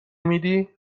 میدی